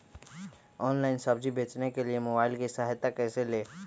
Online सब्जी बेचने के लिए मोबाईल की सहायता कैसे ले?